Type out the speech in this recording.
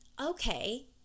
okay